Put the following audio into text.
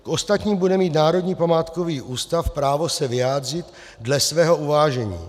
K ostatním bude mít Národní památkový ústav právo se vyjádřit dle svého uvážení.